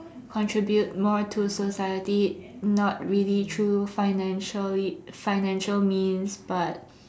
contribute more to society not really through financially financial means but